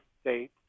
state